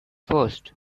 first